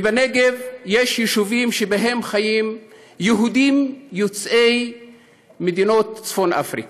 ובנגב יש יישובים שבהם חיים יהודים יוצאי מדינות צפון אפריקה,